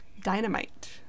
Dynamite